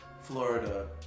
Florida